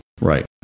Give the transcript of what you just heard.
Right